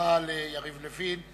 תודה ליריב לוין.